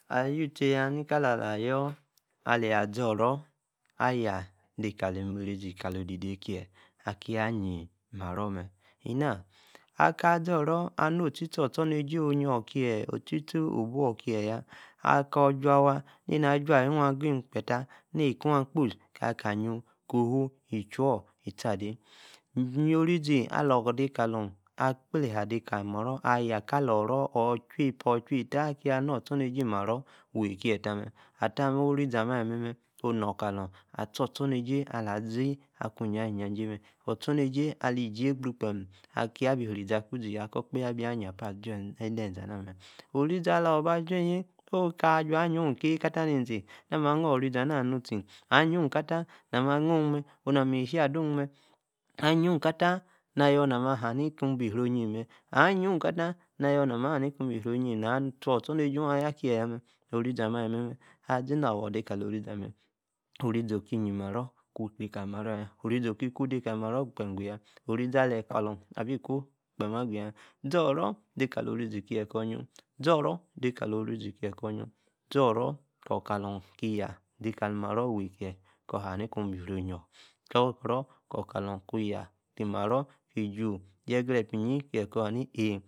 Aywiu tiey-ya-ni-ka-laayor, aleyi-azoro, ayah, de-ka-li merizi ka-lo, odi-de, kie, aki, ayie-maroor-mme, ena aka, zoro, anu, otie-tie, ostornejie, oyior kie, otietie obuor, kie-yaa, akor, ju-awa, ne-ana, aj́ua-oh, agem. kpeta. neka-koar. akpo, ka-ka yiuu, ko-huu, ichui on abi-itie-ade, yio-orizi, alor de-kalor, kple-haa, de kali-maro, aya, ka-lor-oro, ochwa, epa, ochwa, etta, yaa, nor, ostornejie maro wey, kie tah, mee, atta-mme, orizi amemme, oh nor, alor atior, ostornejie, ala-zee, akwa, ijajay mme, ostornejie alí-zíey-gbruu, kpem, akia-bi-riza-kuzi. akor okpehe, abi aba,-ya-paa, agee, edey-ezee, ana-mme orizi, alor, ba aj̄ua,-jay, oh, kaa, jua-anyia, oh-ke-ka-tah, ni-zi, na-maa, ah-an-orizi, ana, nu-tie, anyia-oh katam na, mme nuun mme, oh na mme eshie, adoo, mme, anyia oh-katah na-ayor, na-mee ahaa, ni-ni, kuu-bi, cyri-oyún-mme, anyia, ka-tah, na-yor na mme, ahaa-kuun-nbi cyri-oyún, na-doo-ostornejie aya, kie-ya-mme, orizi, ki yiey-maro kuu, de kali-maro, ya, orisi-ki-kuu, de kalí, maro kpemme, gu-yaa, orizi, aley kalon, abi, kuu kpemme agu-yaa, zoro-de-kalor-orizi kie-kor yie-uun, zoro, de-kalor, orizi, kie, kor yie-uun, zoro, kor-kalor-ki yaa, de kali, maroo wey-kíe, kor, haa, ni kor bi, cyri-onior, jua ukro, kalon-ku, yaa ki-maro, ki-ju, ye-gre-epa iyi, kie kor, haa mi-eeh.